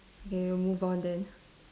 okay we move on then